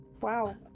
wow